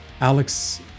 Alex